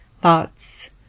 thoughts